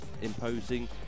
imposing